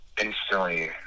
instantly